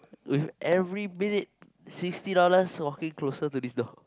with every minute sixty dollar walking closer to this door